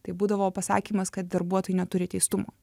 tai būdavo pasakymas kad darbuotojai neturi teistumo